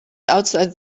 outside